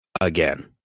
again